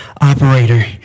operator